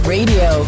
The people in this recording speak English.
Radio